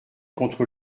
contre